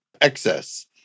excess